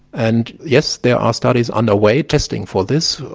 and yes, there are studies under way testing for this,